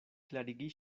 klarigi